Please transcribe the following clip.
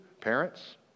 parents